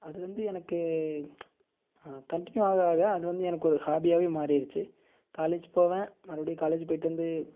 அது வந்து எனக்கு கன்டின்யூ ஆக ஆக அது வந்து எனக்கு ஒரு ஹாபி ஆகவே மாறிடுச்சு காலேஜ் போவேன் மறுபடியும் காலேஜ் போய்விட்டு வந்து